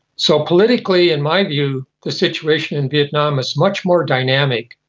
so politically, in my view, the situation in vietnam is much more dynamic,